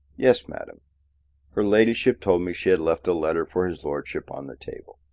yes, madam her ladyship told me she had left a letter for his lordship on the table.